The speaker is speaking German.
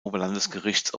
oberlandesgerichts